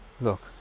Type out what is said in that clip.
Look